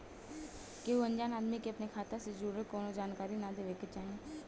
केहू अनजान आदमी के अपनी खाता से जुड़ल कवनो जानकारी ना देवे के चाही